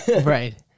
Right